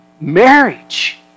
Marriage